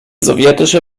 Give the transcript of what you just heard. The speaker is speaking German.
sowjetische